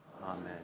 amen